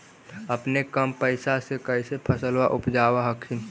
अपने कम पैसा से कैसे फसलबा उपजाब हखिन?